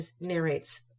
narrates